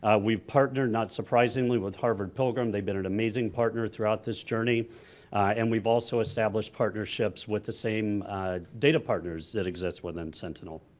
ah we've partnered not surprisingly with harvard-pilgrim they've been an amazing partner throughout this journey and we've also establish partnerships with the same data partners that exist within sentinel.